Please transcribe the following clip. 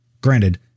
granted